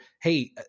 hey